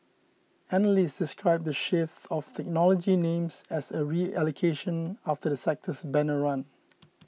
analysts described the shift out of technology names as a reallocation after the sector's banner run